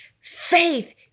Faith